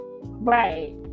right